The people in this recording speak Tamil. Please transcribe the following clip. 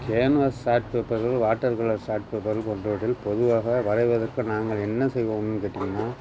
கேன்வாஸ் சார்ட் பேப்பர்கள் வாட்டர் கலர் சார்ட் பேப்பர்கள் போன்றவற்றில் பொதுவாக வரைவதற்கு நாங்கள் என்ன செய்வோம்னு கேட்டிங்கன்னால்